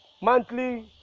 monthly